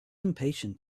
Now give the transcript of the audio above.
impatient